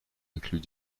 inclut